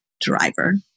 driver